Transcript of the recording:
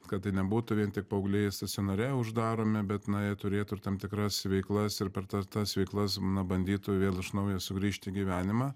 kad tai nebūtų vien tik paaugliai stacionare uždaromi bet na jie turėtų ir tam tikras veiklas ir per ta tas veiklas na bandytų vėl iš naujo sugrįžt į gyvenimą